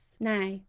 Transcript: Now